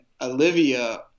Olivia